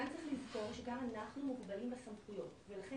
כאן צריך לזכור שגם אנחנו מוגבלים בסמכויות ולכן